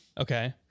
Okay